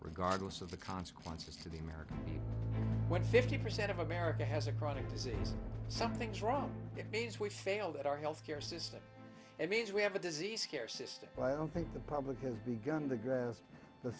regardless of the consequences to the american what fifty percent of america has a chronic disease something's wrong it means we failed at our health care system it means we have a disease care system but i don't think the public has begun the grass